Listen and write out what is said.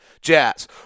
Jazz